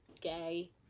gay